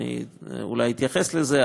אני אולי אתייחס לזה,